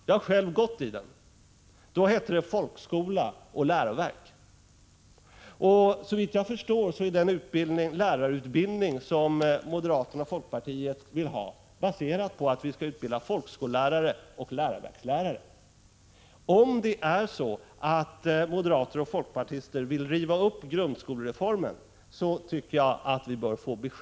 Jag har själv gått i den. Då hette det folkskola och läroverk. Såvitt jag förstår vill moderaterna och folkpartiet basera lärarutbildningen på utbildning av folkskollärare och läroverkslärare. Om moderater och folkpartister vill riva upp grundskolereformen bör de ge besked om det.